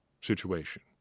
situation